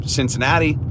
Cincinnati